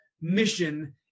mission